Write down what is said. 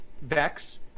Vex